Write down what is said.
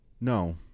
No